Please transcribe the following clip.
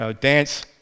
dance